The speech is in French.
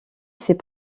ses